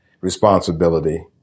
responsibility